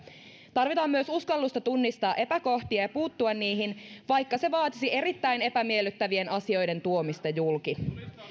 tarvitaan myös uskallusta tunnistaa epäkohtia ja puuttua niihin vaikka se vaatisi erittäin epämiellyttävien asioiden tuomista julki